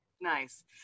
Nice